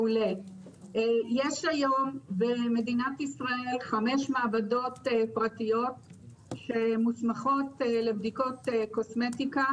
היום במדינת ישראל חמש מעבדות פרטיות שמוסמכות לבדיקות קוסמטיקה.